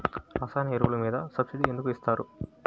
రసాయన ఎరువులు మీద సబ్సిడీ ఎందుకు ఇస్తారు?